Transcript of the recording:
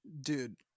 dude